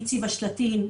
היא הציבה שלטים,